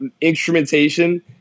instrumentation